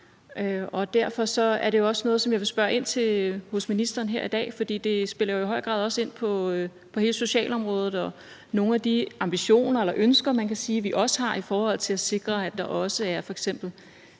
Derfor er det jo også noget, som jeg vil spørge ind til hos ministeren her i dag; for det spiller jo i høj grad også ind på hele socialområdet og nogle af de ambitioner eller ønsker, man kan sige vi også har, i forhold til at sikre, at der også er f.eks.